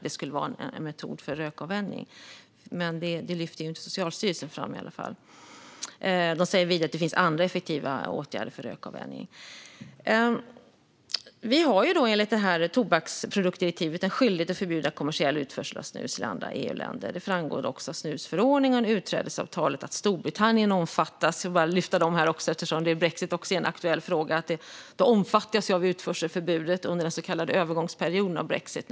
Socialstyrelsen lyfter i alla fall inte fram att snus skulle vara en metod för rökavvänjning och säger vidare att det finns andra, effektiva åtgärder för detta. Sverige har enligt tobaksproduktdirektivet en skyldighet att förbjuda kommersiell utförsel av snus till andra EU-länder. Det framgår också av snusförordningen och utträdesavtalet att Storbritannien omfattas. Jag vill lyfta detta eftersom också brexit är en aktuell fråga. Storbritannien omfattas alltså av utförselförbudet under den så kallade övergångsperioden av brexit.